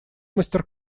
мастер